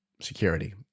security